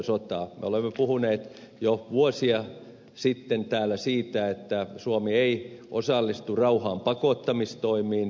me olemme puhuneet jo vuosia sitten täällä siitä että suomi ei osallistu rauhaanpakottamistoimiin